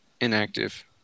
inactive